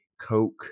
Coke